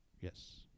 Yes